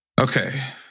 Okay